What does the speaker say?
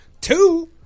Two